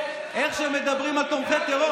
איך שמדברים על תומכי טרור,